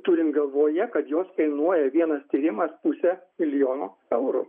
turint galvoje kad jos kainuoja vienas tyrimas pusę milijono eurų